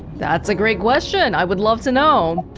that's a great question, i would love to know